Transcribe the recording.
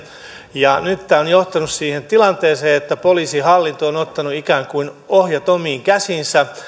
ja nyt tämä on johtanut siihen tilanteeseen että poliisihallitus on ottanut ikään kuin ohjat omiin käsiinsä